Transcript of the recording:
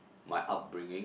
my upbringing